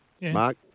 Mark